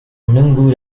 menunggu